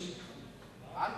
מה פתאום.